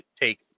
take